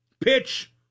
pitch